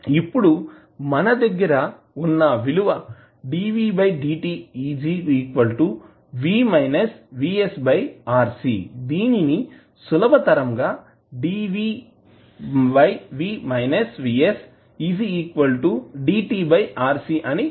ఇప్పుడు మన దగ్గర వున్న విలువ dvdt v VS RC దీనిని సులభతరం గా dvv VSdt RC అని వ్రాయచ్చు